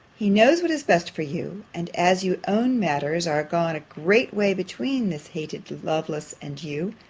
he knows what is best for you and as you own matters are gone a great way between this hated lovelace and you,